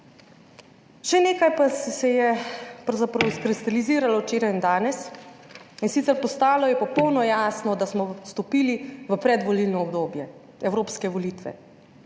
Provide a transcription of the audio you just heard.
Še nekaj pa se je pravzaprav izkristaliziralo včeraj in danes, in sicer postalo je popolnoma jasno, da smo vstopili v predvolilno obdobje evropske volitve,